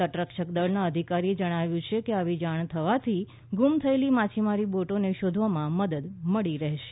તટરક્ષકદળના અધિકારીએ જણાવ્યું છે કે આવી જાણ થવાથી ગુમ થયેલી માછીમારી બોટોને શોધવામાં મદદ મળી રહેશે